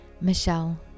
Michelle